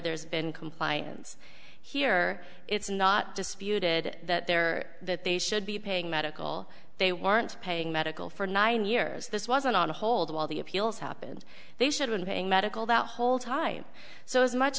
there's been compliance here it's not disputed that there that they should be paying medical they weren't paying medical for nine years this wasn't on hold while the appeals happened they should've been paying medical that whole time so as much